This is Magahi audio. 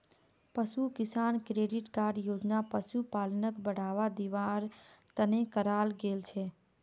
पशु किसान क्रेडिट कार्ड योजना पशुपालनक बढ़ावा दिवार तने कराल गेल छे